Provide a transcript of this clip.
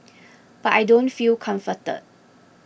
but I don't feel comforted